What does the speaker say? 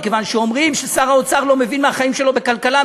מכיוון שאומרים ששר האוצר לא מבין מהחיים שלו בכלכלה,